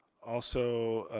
also,